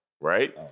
right